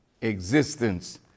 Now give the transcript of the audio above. existence